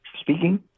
Speaking